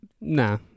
nah